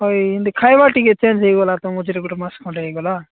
ହ ଏମିତି ଖାଇବା ଟିକେ ଚେଞ୍ଜ୍ ହୋଇଗଲା ତ ମଝିରେ ଗୋଟେ ମାସ ଖଣ୍ଡେ ହୋଇଗଲା